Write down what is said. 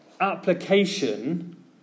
application